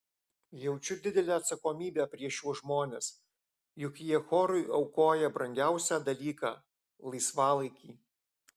jaučiu didelę atsakomybę prieš šiuos žmones juk jie chorui aukoja brangiausią dalyką laisvalaikį